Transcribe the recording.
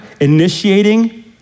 Initiating